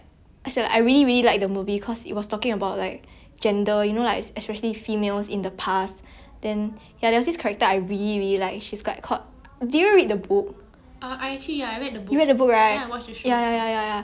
ya there was this character I really really like she's like called did you read the book you read the book right ya ya ya you know amy I feel like her way of thinking and mine is like quite similar